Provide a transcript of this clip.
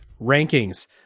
rankings